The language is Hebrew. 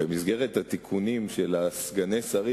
במסגרת התיקונים של סגני השרים,